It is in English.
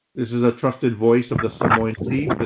this is a trusted voice of the samoan chief.